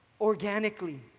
organically